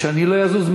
ואני לא אזוז,